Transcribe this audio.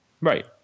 right